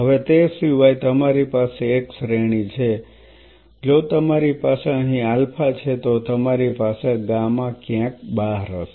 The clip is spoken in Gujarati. હવે તે સિવાય તમારી પાસે એક શ્રેણી છે જો તમારી પાસે અહીં આલ્ફા છે તો તમારી પાસે ગામા ક્યાંક બહાર હશે